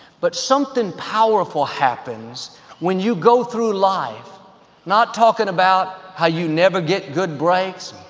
but something powerful happens when you go through life not talking about how you never get good breaks,